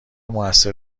موثر